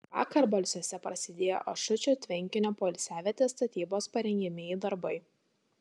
vakar balsiuose prasidėjo ašučio tvenkinio poilsiavietės statybos parengiamieji darbai